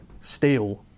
steel